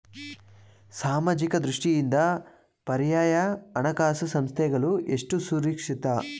ಸಾಮಾಜಿಕ ದೃಷ್ಟಿಯಿಂದ ಪರ್ಯಾಯ ಹಣಕಾಸು ಸಂಸ್ಥೆಗಳು ಎಷ್ಟು ಸುರಕ್ಷಿತ?